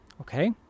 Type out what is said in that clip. Okay